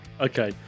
Okay